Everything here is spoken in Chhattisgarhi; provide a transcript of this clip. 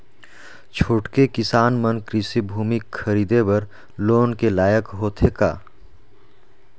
छोटके किसान मन कृषि भूमि खरीदे बर लोन के लायक होथे का?